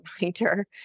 reminder